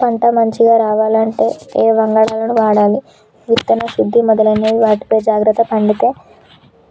పంట మంచిగ రావాలంటే ఏ వంగడాలను వాడాలి విత్తన శుద్ధి మొదలైన వాటిపై జాగ్రత్త